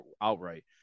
outright